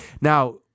Now